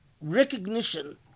recognition